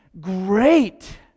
great